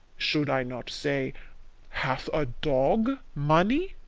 should i not say hath a dog money?